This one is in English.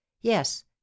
yes